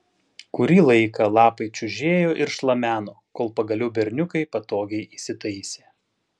kurį laiką lapai čiužėjo ir šlameno kol pagaliau berniukai patogiai įsitaisė